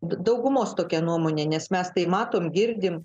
daugumos tokia nuomonė nes mes tai matom girdim